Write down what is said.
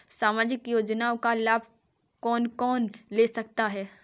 सामाजिक योजना का लाभ कौन कौन ले सकता है?